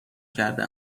کرده